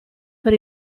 per